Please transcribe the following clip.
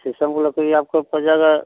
शीशम की लकड़ी आपको पड़ जाएगी